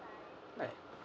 right